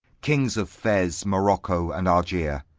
kings of fez, morocco, and argier,